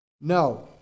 No